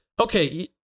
okay